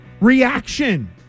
reaction